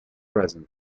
present